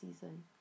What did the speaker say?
season